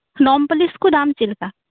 ᱱᱚᱠᱯᱟᱹᱞᱤᱥ ᱠᱚ ᱫᱟᱢ ᱪᱮᱫ ᱞᱮᱠᱟ